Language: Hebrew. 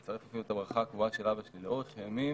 אצרף אפילו את הברכה הקבועה של אבא שלי: לאורך ימים,